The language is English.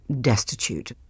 destitute